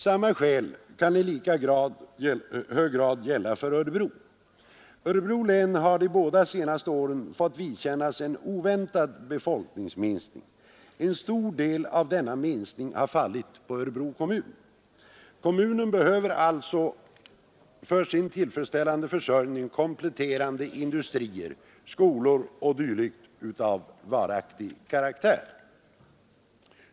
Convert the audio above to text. Samma skäl kan i lika hög grad gälla för Örebro. Örebro län har de båda senaste åren fått vidkännas en oväntad befolkningsminskning. En stor del av denna minskning har fallit på Örebro kommun. Kommunen behöver alltså för en tillfredsställande försörjning kompletterande industrier, skolor o. d. av varaktig karaktär.